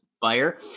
fire